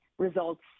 Results